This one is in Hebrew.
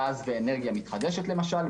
גז ואנרגיה מתחדשת למשל,